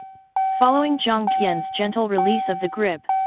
following jiang tian's gentle release of the grip,